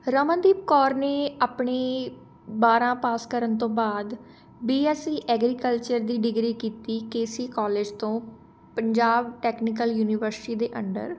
ਰਮਨਦੀਪ ਕੌਰ ਨੇ ਆਪਣੀ ਬਾਰ੍ਹਾਂ ਪਾਸ ਕਰਨ ਤੋਂ ਬਾਅਦ ਬੀਐੱਸਸੀ ਐਗਰੀਕਲਚਰ ਦੀ ਡਿਗਰੀ ਕੀਤੀ ਕੇਸੀ ਕੋਲੇਜ ਤੋਂ ਪੰਜਾਬ ਟੈਕਨੀਕਲ ਯੂਨੀਵਰਸਿਟੀ ਦੇ ਅੰਡਰ